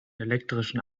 elektrischen